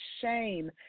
shame